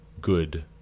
good